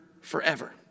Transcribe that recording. forever